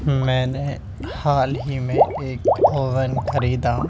میں نے حال ہی میں ایک اوون خریدا